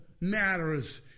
matters